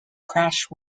crash